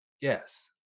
Yes